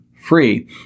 Free